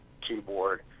keyboard